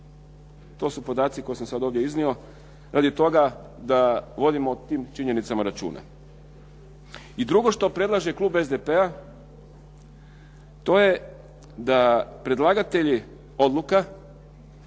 To su podaci koje sam sad ovdje iznio radi toga da vodimo o tim činjenicama računa. I drugo što predlaže klub SDP-a to je da predlagatelji odluka